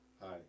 hi